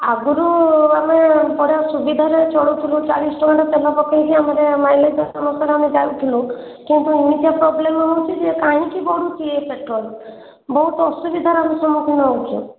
ଆଗରୁ ଆମେ ବଢ଼ିଆ ସୁବିଧାରେ ଚଳୁଥିଲୁ ଚାଳିଶ ଟଙ୍କା ତେଲ ପକେଇକି ଆମର ମାଇଲେଜ୍ ଆସୁନଥିଲା ଆମେ ଯାଉଥୁଲୁ କିନ୍ତୁ ଏମିତିକା ପ୍ରୋବ୍ଲେମ୍ ହେଉଛି ଯେ କାହିଁକି ବଢ଼ୁଛି ଏ ପେଟ୍ରୋଲ୍ ବହୁତ ଅସୁବିଧାର ଆମେ ସମ୍ମୁଖୀନ ହେଉଛୁ